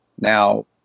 Now